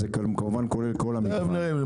זה כמובן כולל --- תכף נראה,